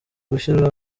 gushyiraho